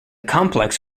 complex